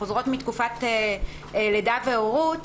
שחוזרות מתקופת לידה והורות,